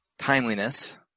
timeliness